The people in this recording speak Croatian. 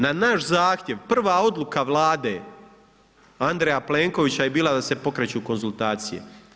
Na naš zahtjev prva odluka Vlade Andreja Plenkovića je bila da se pokreću konzultacije.